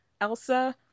Elsa